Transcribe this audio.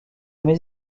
pas